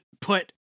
put